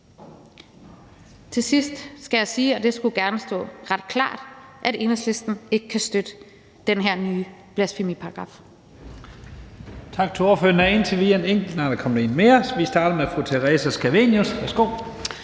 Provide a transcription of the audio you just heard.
Til sidst skal jeg sige, og det skulle gerne stå ret klart, at Enhedslisten ikke kan støtte den her nye blasfemiparagraf.